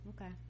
okay